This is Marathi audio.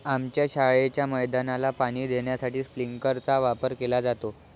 आमच्या शाळेच्या मैदानाला पाणी देण्यासाठी स्प्रिंकलर चा वापर केला जातो